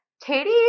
Katie